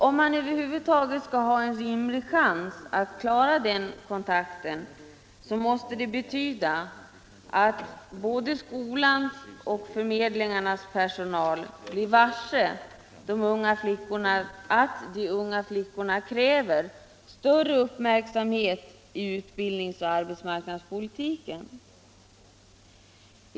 Om man över huvud taget skall ha en rimlig chans att klara den kontakten, måste det betyda att både skolans och arbetsförmedlingarnas personal blir varse att de unga flickorna kräver större uppmärksamhet i utbildningsoch arbetsmarknadspolitiken.